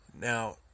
now